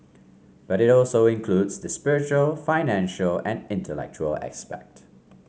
but it also includes the spiritual financial and intellectual aspect